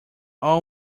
all